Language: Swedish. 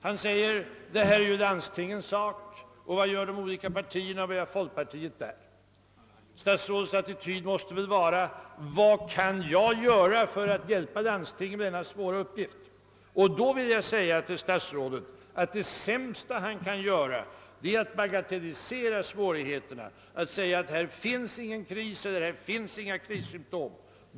Han säger att detta är landstingens uppgifter och frågar vad folkpartiet och andra partier gör där. Statsrådet borde väl fråga sig vad han kan göra för att hjälpa landstingen i fråga om denna svåra uppgift. Jag vill säga statsrådet att det sämsta han kan göra är att bagatellisera svårigheterna och påstå, att det inte finns någon kris.